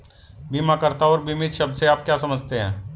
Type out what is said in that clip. बीमाकर्ता और बीमित शब्द से आप क्या समझते हैं?